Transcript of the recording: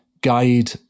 guide